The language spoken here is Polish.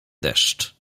deszcz